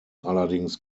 allerdings